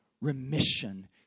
remission